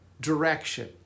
direction